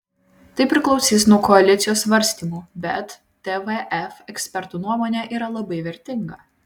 tai priklausys nuo koalicijos svarstymų bet tvf ekspertų nuomonė yra labai vertinga